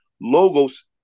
Logos